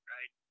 Right